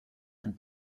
and